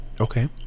Okay